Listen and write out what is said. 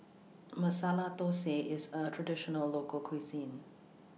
Masala Dosa IS A Traditional Local Cuisine